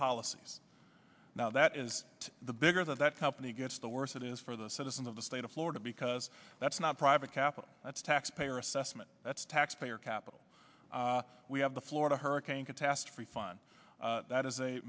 policies now that is the bigger that company gets the worse it is for the citizens of the state of florida because that's not private capital that's taxpayer assessment that's taxpayer capital we have the florida hurricane catastrophe fund that is a